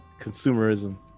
consumerism